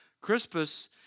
Crispus